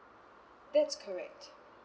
that's correct